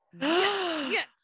yes